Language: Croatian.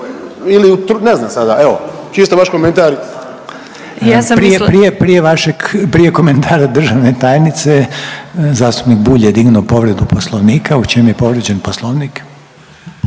Željko (HDZ)** Prije vašeg, prije komentara državne tajnice zastupnik Bulj je dignuo povredu Poslovnika. U čem je povrijeđen Poslovnik?